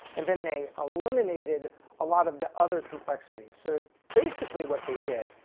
and then they eliminated a lot of the other complexities. so basically what they did,